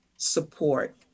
support